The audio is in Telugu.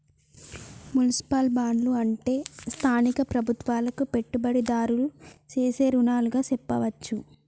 మున్సిపల్ బాండ్లు అంటే స్థానిక ప్రభుత్వాలకు పెట్టుబడిదారులు సేసే రుణాలుగా సెప్పవచ్చు